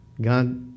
God